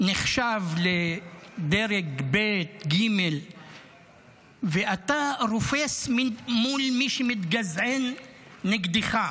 נחשב לדרג ב', ג', ואתה רופס מול מי שמתגזען נגדך.